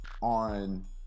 on